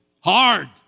hard